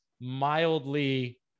mildly